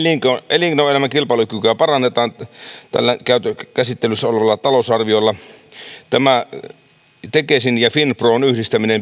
elinkeinoelämän kilpailukykyä parannetaan tällä käsittelyssä olevalla talousarviolla tämä tekesin ja finpron yhdistäminen